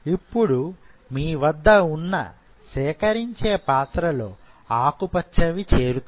ఇప్పుడు మీ వద్ద ఉన్న సేకరించే పాత్ర లో ఆకు పచ్చవి చేరుతాయి